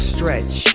Stretch